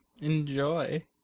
enjoy